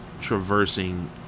traversing